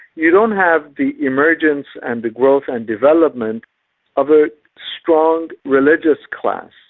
you don't have the emergence and the growth and development of a strong religious class.